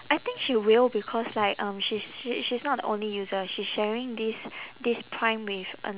I think she will because like um she's she she's not the only user she's sharing this this prime with ano~